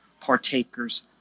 partakers